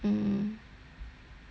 ya because o~ like